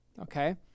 okay